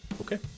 okay